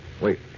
Wait